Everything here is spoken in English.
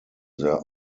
their